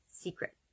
Secret